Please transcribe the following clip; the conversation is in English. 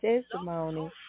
testimony